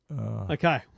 Okay